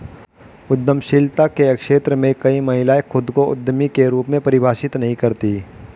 उद्यमशीलता के क्षेत्र में कई महिलाएं खुद को उद्यमी के रूप में परिभाषित नहीं करती